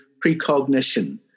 precognition